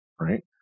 Right